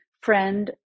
friend